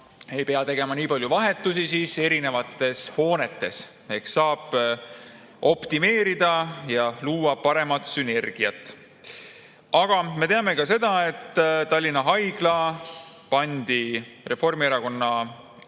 ei pea tegema nii palju vahetusi erinevates hoonetes ehk saab optimeerida ja luua paremat sünergiat. Aga me teame ka seda, et Tallinna Haigla pandi Reformierakonna